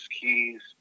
Keys